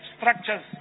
structures